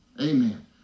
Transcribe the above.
amen